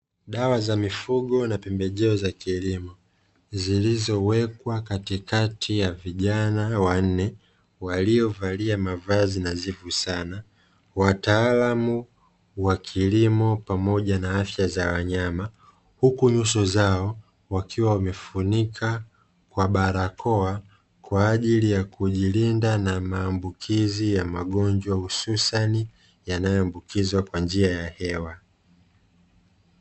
Dawa za mifugo na pembejeo za kilimo zilizowekwa katikati ya vijana wanne waliovalia mavazi nadhifu sana, wataalamu wa kilimo pamoja na afya za wanyama, huku nyuso zao wakiwa wamefunika kwa barakoa, kwa ajili ya kujilinda na maambukizi ya magonjwa hususani yanayoambukizwa kwa njia ya hewa.